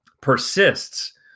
persists